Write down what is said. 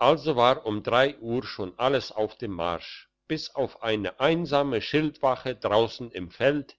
also war um uhr schon alles auf dem marsch bis auf eine einsame schildwache draussen im feld